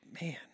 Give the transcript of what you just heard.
man